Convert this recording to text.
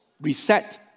reset